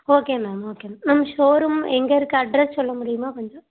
okay ma'am okay ma'am ma'am showroom எங்கே இருக்கு address சொல்ல முடியுமா கொஞ்சம்